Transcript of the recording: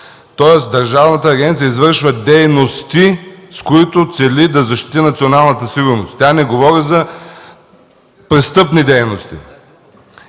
Тоест Държавната агенция извършва дейности, с които цели да защити националната сигурност. Тя не говори за престъпни дейности.